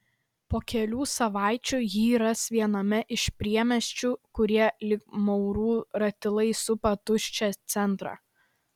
po kelių savaičių jį ras viename iš priemiesčių kurie lyg maurų ratilai supa tuščią centrą